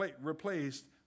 replaced